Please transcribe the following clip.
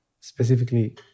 specifically